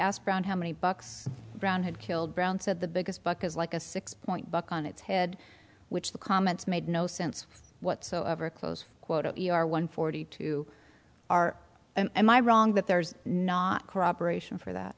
asked brown how many bucks brown had killed brown said the biggest buck is like a six point buck on its head which the comments made no sense whatsoever close quote you are one forty two are am i wrong that there's not corroboration for that